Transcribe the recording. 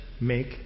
make